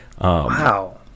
wow